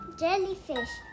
jellyfish